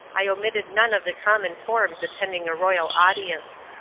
i omitted none of the common forms attending a royal audience.